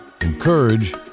encourage